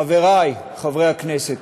חברי חברי הכנסת,